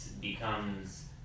becomes